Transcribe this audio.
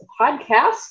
podcast